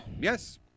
Yes